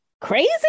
crazy